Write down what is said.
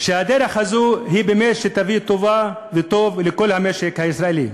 הדרך הזו היא באמת שתביא טובה לכל המשק הישראלי.